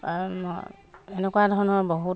এনেকুৱা ধৰণৰ বহুত